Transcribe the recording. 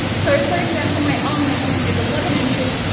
so, for example my arm measurement is eleven inches,